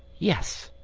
yes.